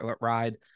ride